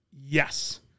Yes